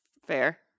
Fair